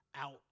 Out